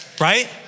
right